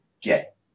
get